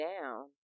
down